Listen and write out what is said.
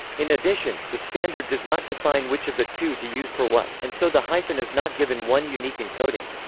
in addition, the standard does not define which of the two to use for what, and so the hyphen is not given one unique encoding.